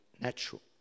natural